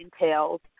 entails